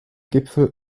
gipfel